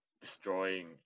destroying